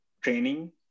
training